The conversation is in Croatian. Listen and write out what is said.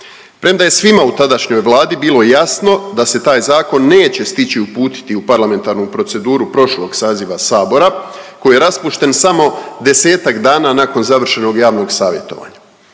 Premda je svima u tadašnjoj Vladi bilo jasno da se taj zakon neće stići uputiti u parlamentarnu proceduru prošlog saziva sabora, koji je raspušten samo 10-ak dana nakon završenog javnog savjetovanja.